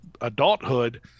adulthood